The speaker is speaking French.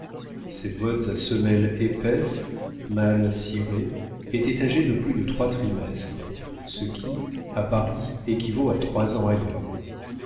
ses bottes à semelles épaisses mal cirées étaient âgées de plus de trois trimestres ce qui à paris équivaut à trois ans ailleurs